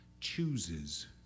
chooses